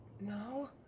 No